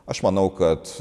aš manau kad